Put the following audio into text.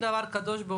אנחנו לא מתנגדים.